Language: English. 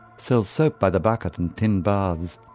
sells soap by the bucket and tin baths.